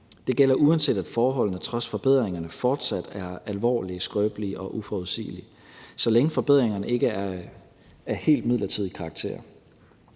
Det gælder, uanset at forholdene trods forbedringerne fortsat er alvorlige, skrøbelige og uforudsigelige, så længe forbedringerne ikke er af helt midlertidig karakter.